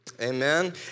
Amen